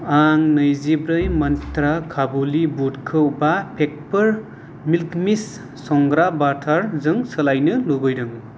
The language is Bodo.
आं नैजिब्रै मन्त्रा काबुलि बुदखौ बा पेकफोर मिल्कि मिस्त संग्रा बाटारजों सोलायनो लुबैदों